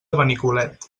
benicolet